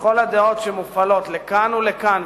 לכל הדעות שמופעלות לכאן ולכאן,